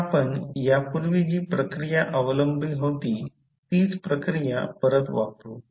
आता आपण यापूर्वी जी प्रक्रिया अवलंबली होती तीच प्रक्रिया परत वापरू